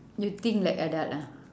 you think like adult ah